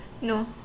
No